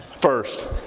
first